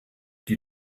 die